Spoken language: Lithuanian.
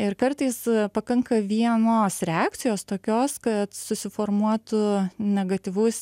ir kartais pakanka vienos reakcijos tokios kad susiformuotų negatyvus